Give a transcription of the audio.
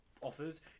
offers